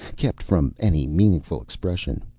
kept from any meaningful expression.